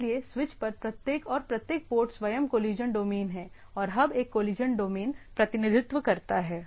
इसलिए स्विच पर प्रत्येक और प्रत्येक पोर्ट स्वयं कोलिशन डोमेन है और हब एक कोलिशन डोमेन प्रतिनिधित्व करता है